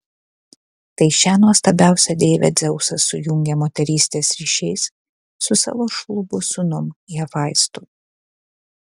tai šią nuostabiausią deivę dzeusas sujungė moterystės ryšiais su savo šlubu sūnum hefaistu